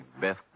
Beth